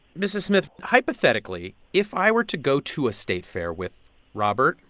mrs. smith, hypothetically, if i were to go to a state fair with robert,